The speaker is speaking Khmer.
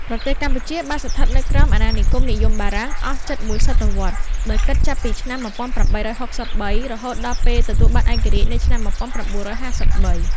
ប្រទេសកម្ពុជា បានស្ថិតនៅក្រោមអាណានិគមនិយមបារាំង អស់ជិតមួយសតវត្ស ដោយ គិតចាប់ពីឆ្នាំ១៨៦៣ រហូតដល់ ពេលទទួលបានឯករាជ្យនៅឆ្នាំ១៩៥៣។